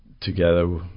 together